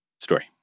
story